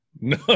no